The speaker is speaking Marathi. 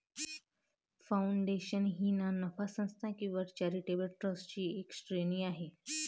फाउंडेशन ही ना नफा संस्था किंवा चॅरिटेबल ट्रस्टची एक श्रेणी आहे